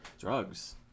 Drugs